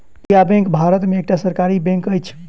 Indian bank Bharat में एकटा सरकारी बैंक अछि